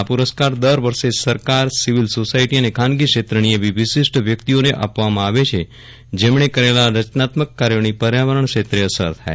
આ પુરસ્કાર દર વર્ષે સરકાર સિવિલ સોસાયટી અને ખાનગી લેત્રની એવી વિશિષ્ટ વ્યક્તિઓને આપવામાં આવે છે જેમણે કરેલા રચનાત્મક કાર્યોની પર્યાવરણ લેત્રે અસર થાય